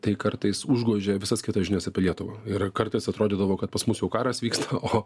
tai kartais užgožia visas kitas žinias apie lietuvą ir kartais atrodydavo kad pas mus jau karas vyksta o